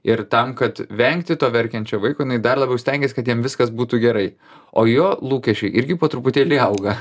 ir tam kad vengti to verkiančio vaiko jinai dar labiau stengiasi kad jam viskas būtų gerai o jo lūkesčiai irgi po truputėlį auga